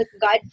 God